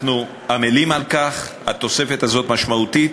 אנחנו עמלים על כך, התוספת הזאת משמעותית,